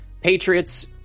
Patriots